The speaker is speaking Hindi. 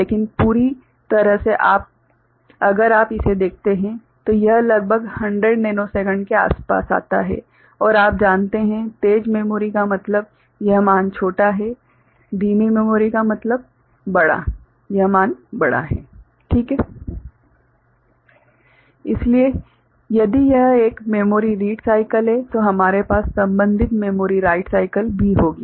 लेकिन पूरी तरह से अगर आप इसे देखते हैं तो यह लगभग 100 नैनोसेकंड के आसपास आता है और आप जानते हैं तेज मेमोरी का मतलब यह मान छोटा है धीमी मेमोरी का मतलब बड़ा यह मान बड़ा है इसलिए यदि यह एक मेमोरी रीड साइकल है तो हमारे पास संबंधित मेमोरी राइट साइकल भी होगी